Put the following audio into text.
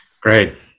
Great